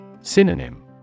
Synonym